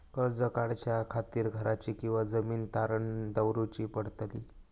कर्ज काढच्या खातीर घराची किंवा जमीन तारण दवरूची पडतली?